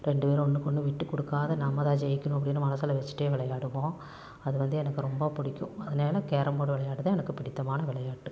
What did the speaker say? ரெண்டு பேரும் ஒன்றுக்கு ஒன்று விட்டுக்கொடுக்காத நாம்தான் ஜெயிக்கணும் அப்படினு மனசில் வச்சுட்டே விளையாடுவோம் அது வந்து எனக்கு ரொம்ப பிடிக்கும் அதனால கேரம் போர்டு விளையாடுகிறது எனக்கு ரொம்ப பிடித்தமான விளையாட்டு